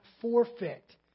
forfeit